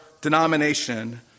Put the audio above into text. denomination